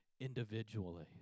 individually